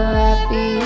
happy